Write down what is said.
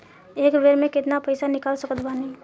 एक बेर मे केतना पैसा निकाल सकत बानी?